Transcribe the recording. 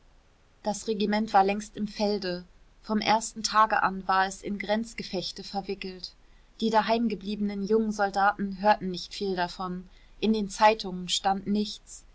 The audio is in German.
das regiment war längst im felde vom ersten tage an war es in grenzgefechte verwickelt die daheimgebliebenen jungen soldaten hörten nicht viel davon in den zeitungen stand nichts